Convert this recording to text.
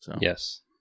Yes